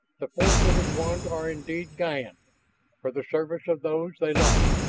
the four-footed ones are indeed ga-n for the service of those they like,